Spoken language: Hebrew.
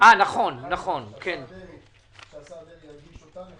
שהשר דרעי הגיש אותה.